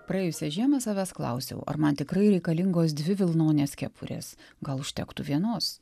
praėjusią žiemą savęs klausiau ar man tikrai reikalingos dvi vilnonės kepurės gal užtektų vienos